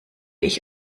ich